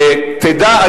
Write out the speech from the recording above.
תדע,